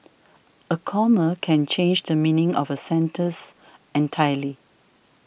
a comma can change the meaning of a sentence entirely